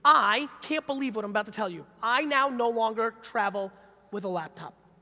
i can't believe what i'm about to tell you, i now no longer travel with a laptop.